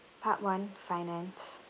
part one finance